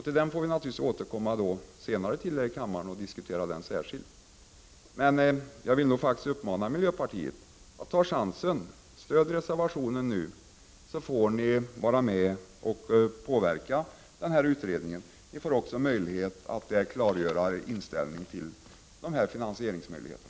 Till den får vi naturligtvis återkomma senare och diskutera den särskilt här i kammaren. Jag vill uppmana miljöpartiet att ta chansen. Stöd reservationen nu, så får ni vara med och påverka utredningen. Ni får också möjlighet att där klargöra er inställning till finansieringsmöjligheterna.